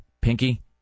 pinky